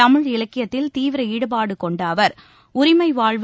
தமிழ் இலக்கியத்தில் தீவிர ஈடுபாடு கொண்ட அவர் உரிமை வாழ்வு